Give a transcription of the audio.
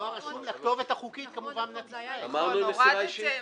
דואר רשום לכתובת החוקית כמובן --- אמרנו עם מסירה אישית?